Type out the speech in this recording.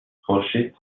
خورشید